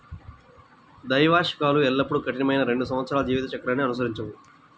ద్వైవార్షికాలు ఎల్లప్పుడూ కఠినమైన రెండు సంవత్సరాల జీవిత చక్రాన్ని అనుసరించవు